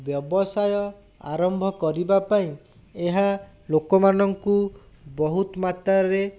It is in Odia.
ବ୍ୟବସାୟ ଆରମ୍ଭ କରିବାପାଇଁ ଏହା ଲୋକମାନଙ୍କୁ ବହୁତ ମାତ୍ରାରେ